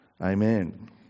amen